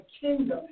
kingdom